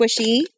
squishy